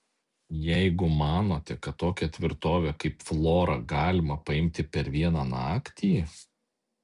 jeigu manote kad tokią tvirtovę kaip flora galima paimti per vieną naktį